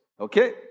Okay